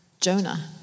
jonah